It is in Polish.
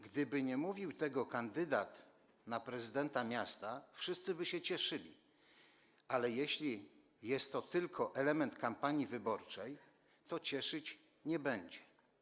Gdyby nie mówił tego kandydat na prezydenta miasta, wszyscy by się cieszyli, ale jeśli jest to tylko element kampanii wyborczej, to cieszyć to nie będzie.